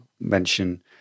mention